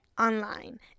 online